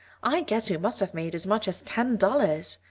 i guess we must have made as much as ten dollars.